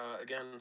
Again